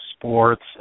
sports